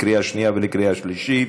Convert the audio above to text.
לקריאה שנייה ולקריאה שלישית.